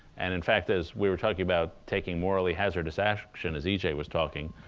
and, in fact, as we were talking about taking morally hazardous action, as e j. was talking,